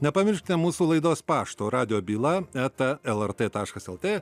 nepamirškite mūsų laidos pašto radijo byla eta lrt taškas lt